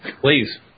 Please